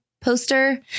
poster